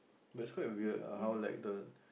but it's quite weird lah how like the